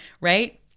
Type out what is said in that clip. Right